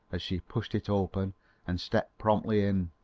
as she pushed it open and stepped promptly in,